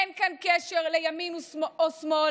אין כאן קשר לימין או שמאל,